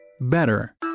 better